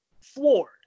Floored